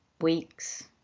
weeks